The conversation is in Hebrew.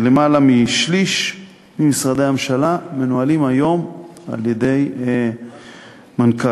יותר משליש ממשרדי הממשלה מנוהלים היום על-ידי מנכ"ליות.